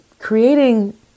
creating